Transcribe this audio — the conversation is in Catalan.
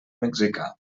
mexicà